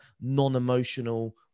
non-emotional